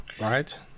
right